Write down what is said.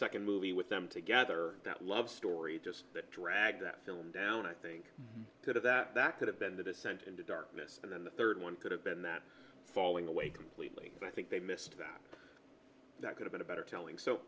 second movie with them together that love story just dragged that film down i think that that could have been the descent into darkness and then the third one could have been that falling away completely and i think they missed that that going to better telling so